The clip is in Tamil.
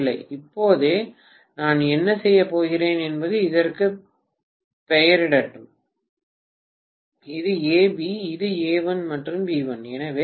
இப்போதே நான் என்ன செய்யப் போகிறேன் என்பது இதற்குப் பெயரிடட்டும் இது A B இது A1 மற்றும் B1